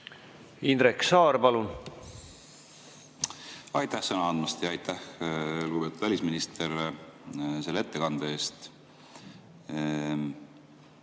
Indrek Saar, palun! Aitäh sõna andmast! Ja aitäh, lugupeetud välisminister, selle ettekande eest!